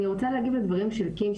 אני רוצה להגיב לדברים של קים,